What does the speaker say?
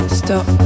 stop